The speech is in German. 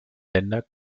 länder